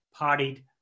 partied